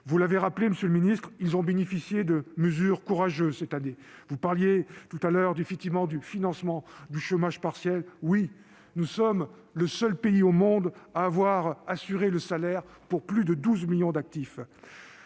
Vous l'avez rappelé, monsieur le ministre, ils ont bénéficié de mesures de soutien courageuses cette année. Je pense notamment au financement du chômage partiel : nous sommes le seul pays au monde à avoir assuré le salaire de plus de 12 millions d'actifs.